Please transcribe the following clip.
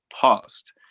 past